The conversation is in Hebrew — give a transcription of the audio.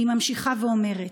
והיא ממשיכה ואומרת: